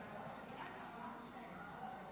אינו נוכח ואליד אלהואשלה,